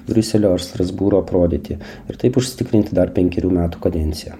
briuselio ar strasbūro aprodyti ir taip užsitikrinti dar penkerių metų kadenciją